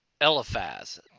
Eliphaz